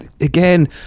again